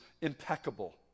impeccable